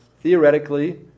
Theoretically